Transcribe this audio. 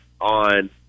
on